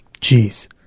Jeez